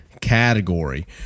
category